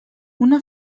una